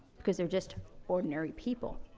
cause they're just ordinary people.